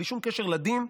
בלי שום קשר לדין,